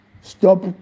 stop